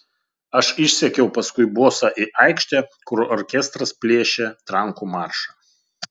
aš išsekiau paskui bosą į aikštę kur orkestras plėšė trankų maršą